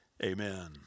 Amen